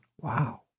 Wow